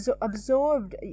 absorbed